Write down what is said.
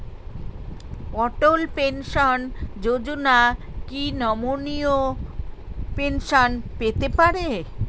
অটল pension Yojana কি নমনীয় pension পেতে পারে?